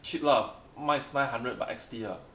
cheap lah mine is nine hundred but X_T lah